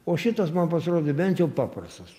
o šitas man pasirodė bent jau paprastas